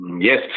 Yes